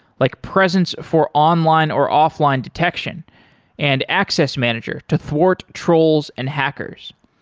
like presence for online or offline detection and access manager to thwart trolls and hackers.